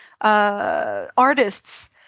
artists